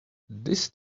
this